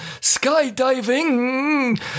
skydiving